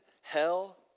hell